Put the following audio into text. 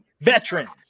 veterans